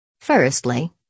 Firstly